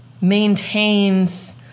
maintains